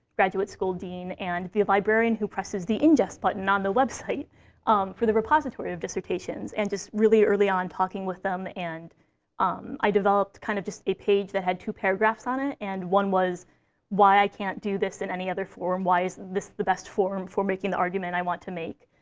graduate school dean, and the librarian who presses the ingest button on the website um for the repository of dissertations. and just really early on, talking with them. and um i developed kind of just a page that had two paragraphs on it. and one was why i can't do this in any other form. why is this the best form for making the argument i want to make?